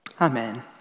Amen